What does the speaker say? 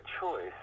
choice